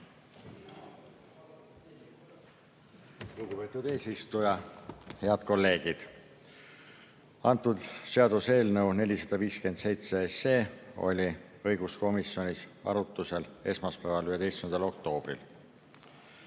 Lugupeetud eesistuja! Head kolleegid! Seaduseelnõu 457 oli õiguskomisjonis arutlusel esmaspäeval, 11. oktoobril.